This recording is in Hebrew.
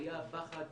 היה פחד,